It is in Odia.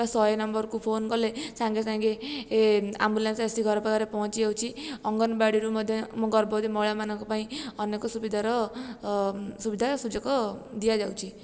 ବା ଶହେ ନମ୍ବରକୁ ଫୋନ୍ କଲେ ସାଙ୍ଗେ ସାଙ୍ଗେ ଆମ୍ବୁଲାନ୍ସ ଆସି ଘର ପାଖରେ ପହଞ୍ଚି ଯାଉଛି ଅଙ୍ଗନବାଡ଼ି ରୁ ମଧ୍ୟ ଗର୍ଭବତୀ ମହିଳାମାନଙ୍କ ପାଇଁ ଅନେକ ସୁବିଧା ର ସୁବିଧା ସୁଯୋଗ ଦିଆ ଯାଉଛି